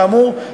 כאמור,